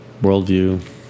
Worldview